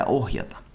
ohjata